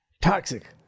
Toxic